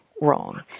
wrong